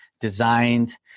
designed